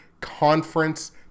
conference